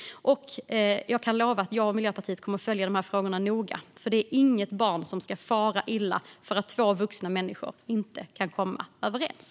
Jag kan lova att jag och Miljöpartiet kommer att följa dessa frågor noga. Det är inget barn som ska fara illa för att två vuxna människor inte kan komma överens.